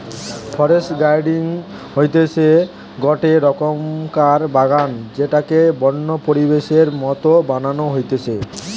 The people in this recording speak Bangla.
ফরেস্ট গার্ডেনিং হতিছে গটে রকমকার বাগান যেটাকে বন্য পরিবেশের মত বানানো হতিছে